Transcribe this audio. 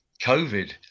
covid